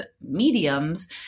mediums